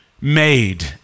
made